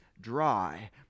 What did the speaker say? dry